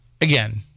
again